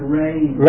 rain